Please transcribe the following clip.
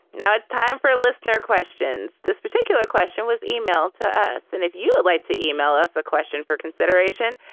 now it's time for listener questions. this particular question was emailed to us and if you would like to e-mail us the question for consideration,